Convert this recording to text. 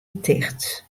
ticht